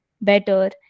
better